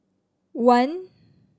one